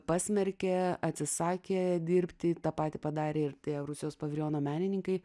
pasmerkė atsisakė dirbti tą patį padarė ir tie rusijos paviljono menininkai